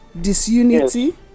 disunity